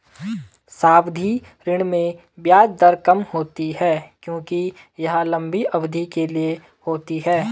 सावधि ऋण में ब्याज दर कम होती है क्योंकि यह लंबी अवधि के लिए होती है